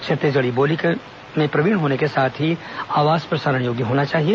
छत्तीसगढ़ी बोली में प्रवीण होने के साथ ही आवाज प्रसारण योग्य होना चाहिए